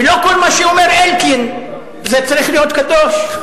ולא כל מה שאומר אלקין זה צריך להיות קדוש?